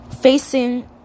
facing